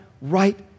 right